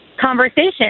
conversation